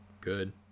good